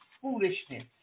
foolishness